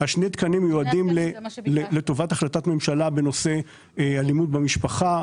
שני תקנים מיועדים לטובת החלטת ממשלה בנושא אלימות במשפחה,